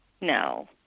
No